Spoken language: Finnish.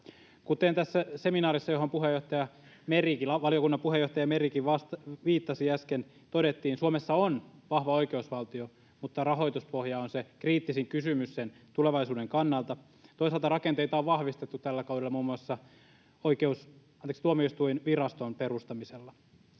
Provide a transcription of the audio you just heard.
Kuten tässä seminaarissa, johon valiokunnan puheenjohtaja Merikin viittasi äsken, todettiin, Suomi on vahva oikeusvaltio, mutta rahoituspohja on se kriittisin kysymys sen tulevaisuuden kannalta. Toisaalta rakenteita on vahvistettu tällä kaudella muun muassa Tuomioistuinviraston perustamisella.